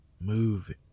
Move